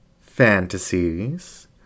fantasies